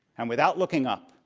and without looking up,